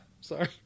Sorry